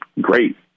great